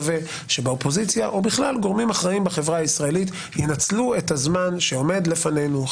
הייתי מעדיפה שחבריי מהקואליציה יגידו בפה מלא